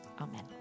Amen